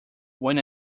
when